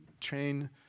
train